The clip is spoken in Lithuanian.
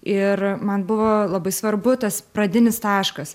ir man buvo labai svarbu tas pradinis taškas